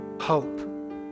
hope